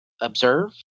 observe